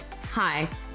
Hi